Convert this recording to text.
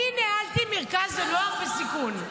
אני ניהלתי מרכז לנוער בסיכון.